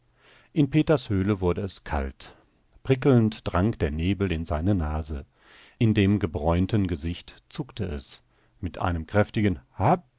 in peters höhle wurde es kalt prickelnd drang der nebel in seine nase in dem gebräunten gesicht zuckte es mit einem kräftigen